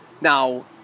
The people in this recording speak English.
Now